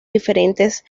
diferentes